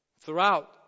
throughout